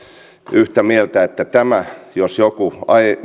yhtä mieltä että nämä jos jotkin